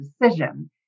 decision